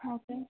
okay